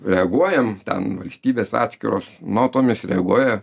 reaguojam ten valstybės atskiros notomis reaguoja